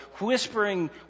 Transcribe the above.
whispering